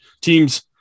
Teams